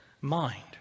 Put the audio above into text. mind